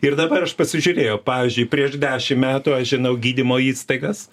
ir dabar aš pasižiūrėjau pavyzdžiui prieš dešimt metų aš žinau gydymo įstaigas